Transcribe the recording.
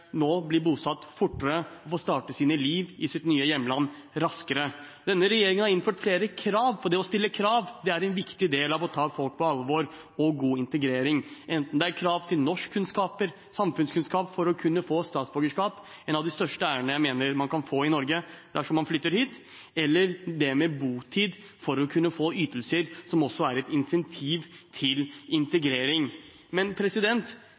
nå blir bosatt fortere og får startet livet i sitt nye hjemland raskere. Denne regjeringen har innført flere krav, for det å stille krav er en viktig del av å ta folk på alvor og god integrering, enten det er krav til norskkunnskaper og samfunnskunnskap for å kunne få statsborgerskap – en av de største ærene jeg mener man kan få i Norge dersom man flytter hit – eller krav om botid for å kunne få ytelser, som også er et incentiv til integrering. Men